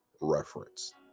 reference